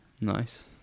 nice